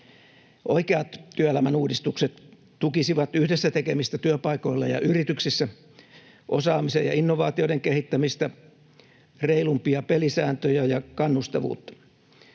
Oikeat työelämän uudistukset tukisivat yhdessä tekemistä työpaikoilla ja yrityksissä, osaamisen ja innovaatioiden kehittämistä, reilumpia pelisääntöjä ja kannustavuutta.